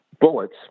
Bullets